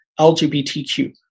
LGBTQ